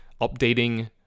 updating